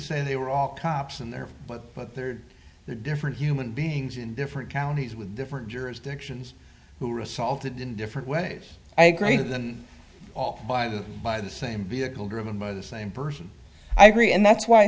say they were all cops in there but there are different human beings in different counties with different jurisdictions who are assaulted in different ways i greater than all by the by the same vehicle driven by the same person i agree and that's why i